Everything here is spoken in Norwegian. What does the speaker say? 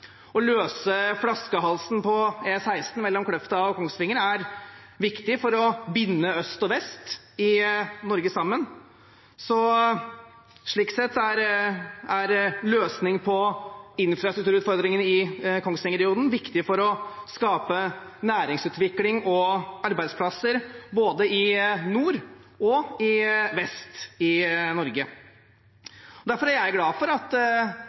Å løse flaskehalsen på E16 mellom Kløfta og Kongsvinger er viktig for å binde øst og vest i Norge sammen. Slik sett er løsningen på infrastrukturutfordringene i Kongsvinger-regionen viktig for å skape næringsutvikling og arbeidsplasser både i nord og i vest i Norge. Derfor er jeg glad for at